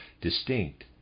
distinct